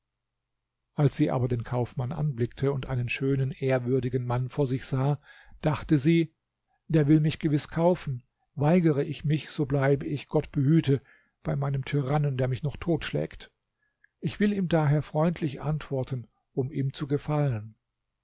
als sie aber den kaufmann anblickte und einen schönen ehrwürdigen mann vor sich sah dachte sie der will mich gewiß kaufen weigere ich mich so bleibe ich gott behüte bei meinem tyrannen der mich noch totschlägt ich will ihm daher freundlich antworten um ihm zu gefallen